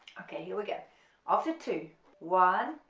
okay here we go after two one,